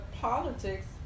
politics